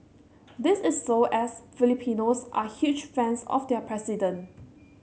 this is so as Filipinos are huge fans of their president